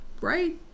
right